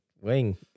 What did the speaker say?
wing